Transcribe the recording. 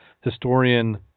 historian